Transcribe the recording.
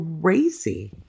crazy